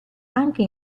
anche